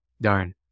Darn